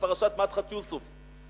פרשת מדחת יוסף.